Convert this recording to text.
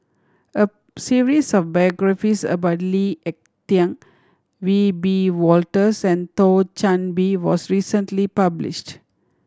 a series of biographies about Lee Ek Tieng Wiebe Wolters and Thio Chan Bee was recently published